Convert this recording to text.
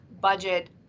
budget